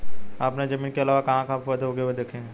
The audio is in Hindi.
आपने जमीन के अलावा कहाँ कहाँ पर पौधे उगे हुए देखे हैं?